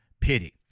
pity